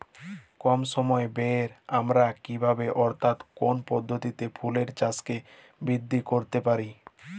কম সময় ব্যায়ে আমরা কি ভাবে অর্থাৎ কোন পদ্ধতিতে ফুলের চাষকে বৃদ্ধি করতে পারি?